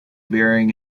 bearing